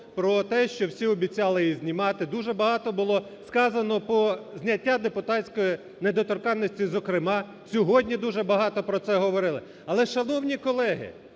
про те, що всі обіцяли її знімати. Дуже багато було сказано про зняття депутатської недоторканності, зокрема, сьогодні дуже багато про це говорили. Але, шановні колеги,